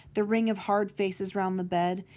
the ring of hard faces round the bed.